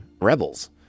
rebels